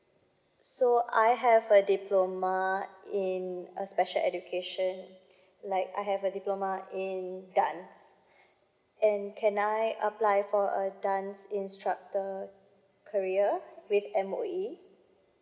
so I have a diploma in a special education like I have a diploma in dance and can I apply for a dance instructor career with M_O_E